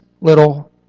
little